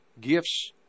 gifts